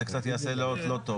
זה קצת יעשה לא טוב.